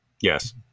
Yes